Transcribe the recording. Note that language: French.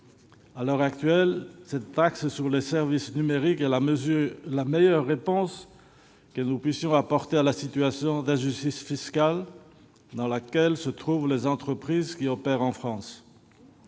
À l'heure actuelle, la taxe sur les services numériques est la meilleure réponse que nous puissions apporter à la situation d'injustice fiscale dans laquelle se trouvent les entreprises qui opèrent en France.